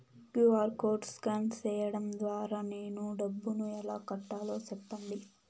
QR code scan సేయడం ద్వారా నేను డబ్బును ఎలా కట్టాలో సెప్పండి?